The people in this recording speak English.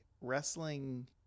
wrestling